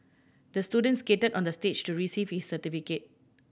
the student skated on the stage to receive his certificate